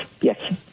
Yes